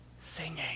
Singing